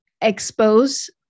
expose